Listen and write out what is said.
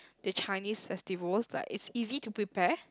the Chinese festivals like it's easy to prepare